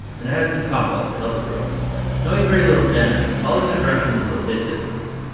and added some compost to help it grow knowing very little spanish, following their directions was a bit difficoult